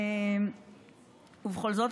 בכל זאת,